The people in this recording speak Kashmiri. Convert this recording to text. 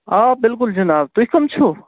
آ بِلکُل جِناب تُہۍ کَم چھُو